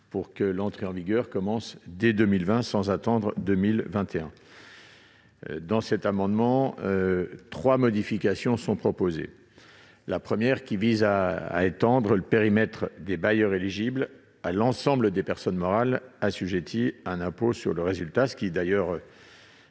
pour qu'il entre en vigueur dès 2020, sans attendre 2021. Trois modifications sont proposées. La première vise à étendre le périmètre des bailleurs éligibles à l'ensemble des personnes morales assujetties à un impôt sur le résultat, ce qui